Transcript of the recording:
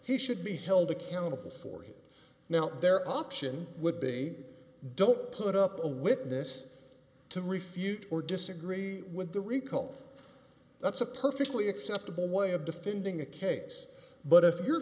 he should be held accountable for his now their option would be a don't put up a witness to refute or disagree with the recall that's a perfectly acceptable way of defending a case but if you're